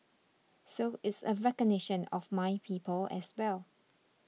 so it's a recognition of my people as well